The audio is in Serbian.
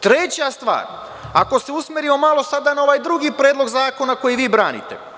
Treća stvar, ako se usmerimo malo sada na ovaj drugi predlog zakona koji vi branite.